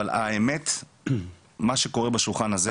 אבל האמת, מה שקורה בשולחן הזה